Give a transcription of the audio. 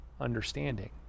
understanding